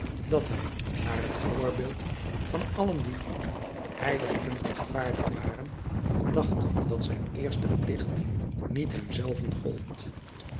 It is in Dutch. dat hij naar het voorbeeld van allen die goed heilig en rechtvaardig waren dacht dat zijn eerste plicht niet hem zelven gold